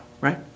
Right